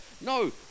No